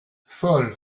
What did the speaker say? folle